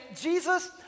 Jesus